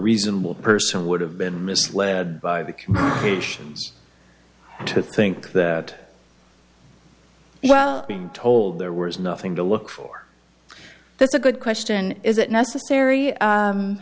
reasonable person would have been misled by the can patients to think that well being told there was nothing to look for that's a good question is it necessary